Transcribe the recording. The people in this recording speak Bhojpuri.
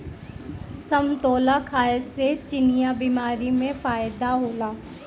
समतोला खाए से चिनिया बीमारी में फायेदा होला